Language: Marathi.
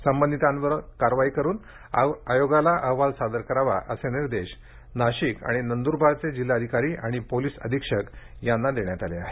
संबंधितांविरूद्ध कायदेशीर कारवाई करून आयोगाला अहवाल सादर करावा असे निर्देश नाशिक आणि नंदुरबारचे जिल्हाधिकारी आणि पोलीस अधीक्षकांना देण्यात आले आहेत